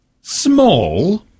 Small